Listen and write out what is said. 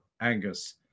Angus